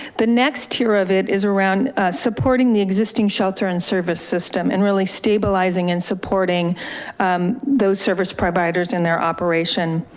the next tier of it is around supporting the existing shelter and service system and really stabilizing and supporting those service providers in their operation.